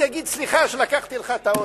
יגיד: סליחה שלקחתי לך את האוטו.